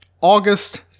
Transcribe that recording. August